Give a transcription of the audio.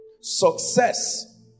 Success